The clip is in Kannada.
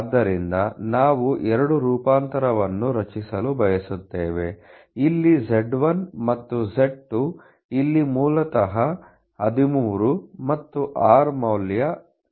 ಆದ್ದರಿಂದ ನಾವು 2 ರೂಪಾಂತರವನ್ನು ರಚಿಸಲು ಬಯಸುತ್ತೇವೆ ಇಲ್ಲಿ z1 ಮತ್ತು z2 ಇಲ್ಲಿ z1 ಮೂಲತಃ 13 ಅದು r ಮೌಲ್ಯ np